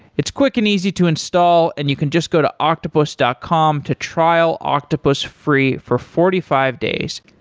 it's quick and easy to install and you can just go to octopus dot com to trial octopus free for forty five days.